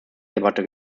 debatte